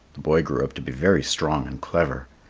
the boy grew up to be very strong and clever.